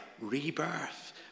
rebirth